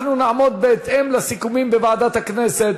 אנחנו נעמוד בהתאם לסיכומים בוועדת הכנסת.